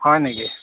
হয় নেকি